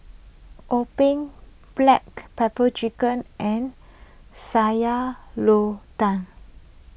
Tumpeng Black Pepper Chicken and Sayur Lodeh